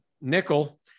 nickel